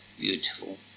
beautiful